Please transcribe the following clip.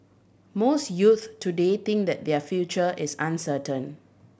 most youths today think that their future is uncertain